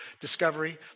discovery